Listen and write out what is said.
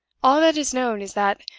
all that is known is that,